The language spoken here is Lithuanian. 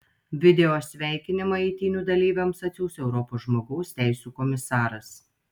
video sveikinimą eitynių dalyviams atsiųs europos žmogaus teisių komisaras